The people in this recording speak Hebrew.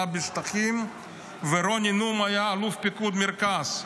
בשטחים ורוני נומה היה אלוף פיקוד מרכז,